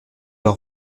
leur